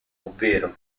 ovvero